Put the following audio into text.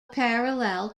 parallel